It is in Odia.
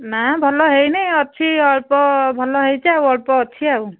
ନା ଭଲ ହେଇନି ଅଛି ତ ଅଳ୍ପ ଭଲ ହେଇଛି ଆଉ ଅଛି ଆଉ